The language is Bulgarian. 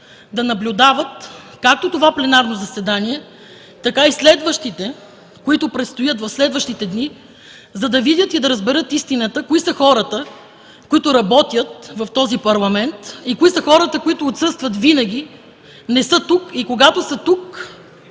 да наблюдават както това пленарно заседание, така и следващите, които предстоят, за да видят и да разберат истината кои са хората, които работят в този Парламент, и кои са хората, които отсъстват винаги – не са тук, и когато са тук